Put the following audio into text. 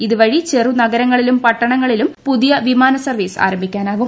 ഇതുവഴി ചെറു നഗരങ്ങളിലും പട്ടണങ്ങളിലും പുതിയ വിമാന സർവീസ് ആരംഭിക്കാനാവും